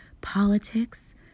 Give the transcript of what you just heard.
politics